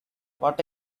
what